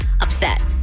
upset